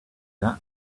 that